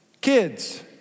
Kids